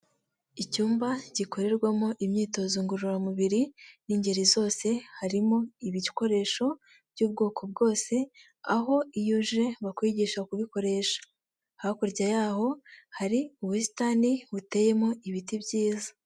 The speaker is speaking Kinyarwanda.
Icyumba gikorerwamo imyitozo ngororamubiri n'ingeri zose, harimo ibikoresho by'ubwoko bwose aho iyo uje bakwigisha kubikoresha hakurya yaho hari ubusitani buteyemo ibiti byiza.